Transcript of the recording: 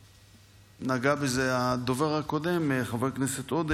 נגע בזה הדובר הקודם חבר הכנסת עודה.